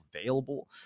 available